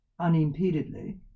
unimpededly